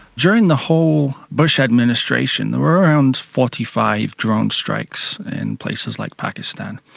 during the whole bush administration there were around forty five drone strikes in places like pakistan.